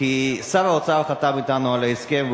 כי שר האוצר חתם אתנו על ההסכם,